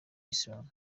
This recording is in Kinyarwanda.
isilamu